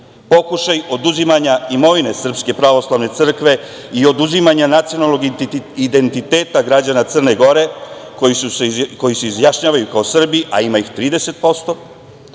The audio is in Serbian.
pokušaji oduzimanja imovine SPC i oduzimanje nacionalnog identiteta građana Crne Gore koji se izjašnjavaju kao Srbi, a ima ih 30%